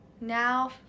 now